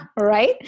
right